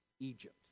Egypt